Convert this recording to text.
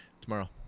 Tomorrow